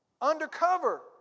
Undercover